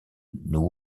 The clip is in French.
nous